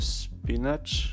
spinach